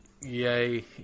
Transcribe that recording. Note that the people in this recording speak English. yay